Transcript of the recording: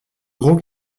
gros